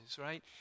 right